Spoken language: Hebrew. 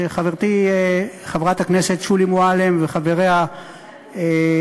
שחברתי חברת הכנסת שולי מועלם וחבריה מציעים,